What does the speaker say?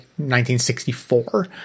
1964